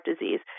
disease